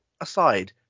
aside